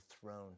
throne